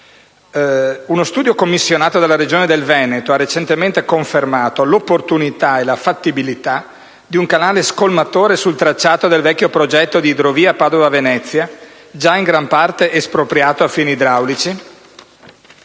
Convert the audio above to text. Uno studio commissionato dalla Regione Veneto ha recentemente confermato l'opportunità e la fattibilità di un canale scolmatore sul tracciato del vecchio progetto di idrovia Padova-Venezia, già in gran parte espropriato a fini idraulici,